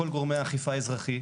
כל גורמי האכיפה האזרחיים.